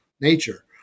nature